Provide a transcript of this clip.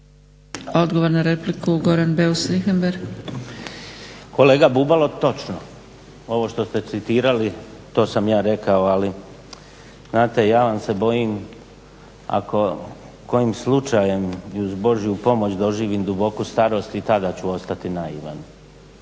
Richembergh, Goran (HNS)** Kolega Bubalo, točno. Ovo što ste citirali to sam ja rekao ali znate ja vam se bojim ako kojim slučajem i uz božju pomoć doživim duboku starost i tada ću ostati naivan.